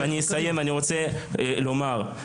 אני אסיים ואני רוצה לומר,